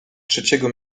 trzeciego